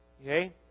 Okay